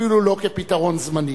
אפילו לא כפתרון זמני.